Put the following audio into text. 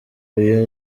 uyu